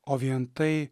o vien tai